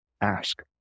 ask